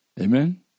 Amen